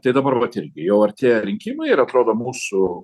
tai dabar vat irgi jau artėja rinkimai ir atrodo mūsų